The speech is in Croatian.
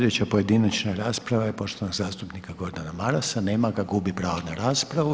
Slijedeća pojedinačna rasprava je poštovanog zastupnika Gordana Marasa, nema ga, gubi pravo na raspravu.